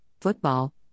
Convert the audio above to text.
football